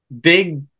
big